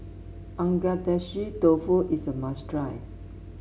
Agedashi Dofu is a must try